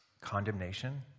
Condemnation